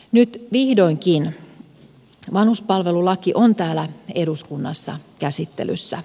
nyt vihdoinkin vanhuspalvelulaki on täällä eduskunnassa käsittelyssä